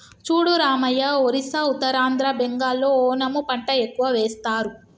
చూడు రామయ్య ఒరిస్సా ఉత్తరాంధ్ర బెంగాల్లో ఓనము పంట ఎక్కువ వేస్తారు